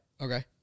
Okay